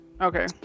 Okay